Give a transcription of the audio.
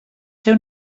ser